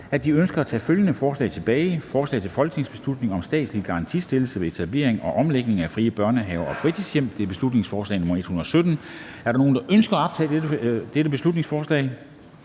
at de ønsker at tage følgende forslag tilbage: Forslag til folketingsbeslutning om statslig garantistillelse ved etablering og omlægning af frie børnehaver og fritidshjem. (Beslutningsforslag nr. B 117). Er der nogen, der ønsker at optage dette beslutningsforslag?